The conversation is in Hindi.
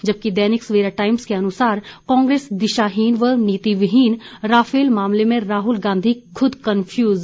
जबकि दैनिक सवेरा टाइम्स के अनुसार कांग्रेस दिशाहीन व नीतिविहीन राफेल मामले में राहुल गांधी खुद कंफ्यूज़